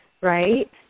right